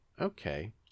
Okay